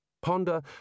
Ponder